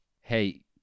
hey